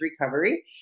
Recovery